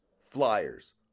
flyers